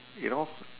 you know